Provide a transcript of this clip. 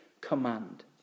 command